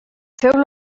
feu